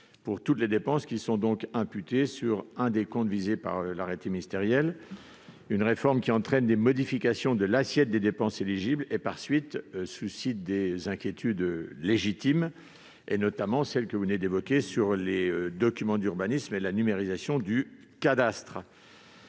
pour toutes dépenses imputées sur un des comptes visés par un arrêté ministériel. Cette réforme entraîne des modifications de l'assiette des dépenses éligibles et, par suite, suscite des inquiétudes bien légitimes, notamment celles que vous avez évoquées concernant les documents d'urbanisme et la numérisation du cadastre.